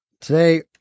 Today